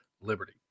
Liberty